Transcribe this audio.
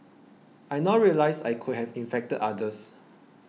I now realise I could have infected others